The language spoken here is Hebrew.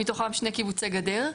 מתוכם שני קיבוצי גדר.